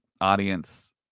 audience